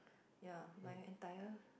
ya my entire